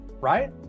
right